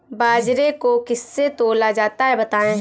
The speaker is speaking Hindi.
बाजरे को किससे तौला जाता है बताएँ?